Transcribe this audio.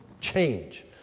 change